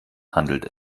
handelt